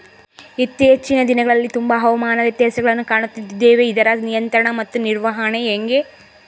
ಇತ್ತೇಚಿನ ದಿನಗಳಲ್ಲಿ ತುಂಬಾ ಹವಾಮಾನ ವ್ಯತ್ಯಾಸಗಳನ್ನು ಕಾಣುತ್ತಿದ್ದೇವೆ ಇದರ ನಿಯಂತ್ರಣ ಮತ್ತು ನಿರ್ವಹಣೆ ಹೆಂಗೆ?